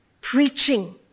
preaching